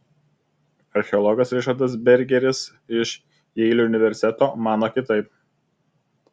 archeologas ričardas bergeris iš jeilio universiteto mano kitaip